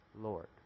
Lord